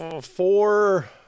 four